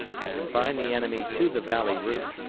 and confine the enemy to the valley route.